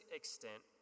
extent